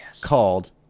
called